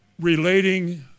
relating